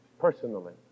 personally